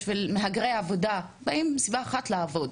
מהגרי עבודה שבאים מסיבה אחת והיא לעבוד,